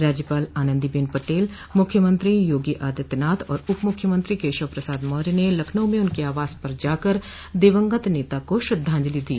राज्यपाल आनंदी बेन पटेल मुख्यमंत्री योगी आदित्यनाथ और उपमूख्यमंत्री केशव प्रसाद मौर्य ने लखनऊ में उनके आवास पर जाकर दिवंगत नेता को श्रद्धांजलि दी